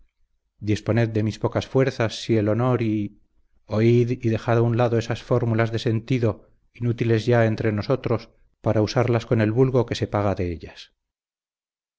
disponed de mis pocas fuerzas si el honor y oíd y dejad a un lado esas fórmulas de sentido inútiles ya entre nosotros para usarlas con el vulgo que se paga de ellas